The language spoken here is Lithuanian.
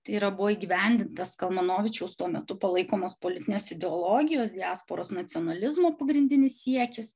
tai yra buvo įgyvendintas kalmanovičiaus tuo metu palaikomos politinės ideologijos diasporos nacionalizmo pagrindinis siekis